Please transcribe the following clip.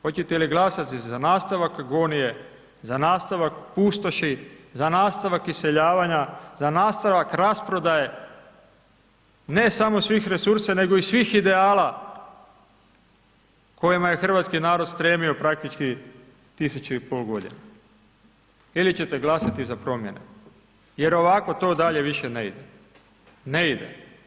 Hoćete li glasati za nastavak agonije, za nastavak pustoši, za nastavak iseljavanja, za nastavak rasprodaje ne samo svih resursa nego i svih ideala kojima je hrvatski narod stremio praktički tisuću i pol godina ili ćete glasati za promjene jer ovako to dalje više ne ide, ne ide.